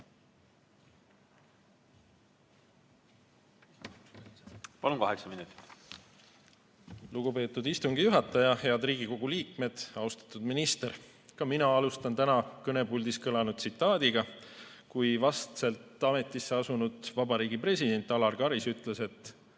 arendades. Aitäh! Lugupeetud istungi juhataja! Head Riigikogu liikmed! Austatud minister! Ka mina alustan täna kõnepuldis kõlanud tsitaadiga. Vastselt ametisse asunud vabariigi president Alar Karis ütles: